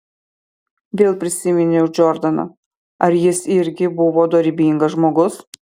vėl prisiminiau džordaną ar jis irgi buvo dorybingas žmogus